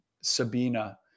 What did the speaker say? Sabina